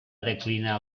declinar